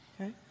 Okay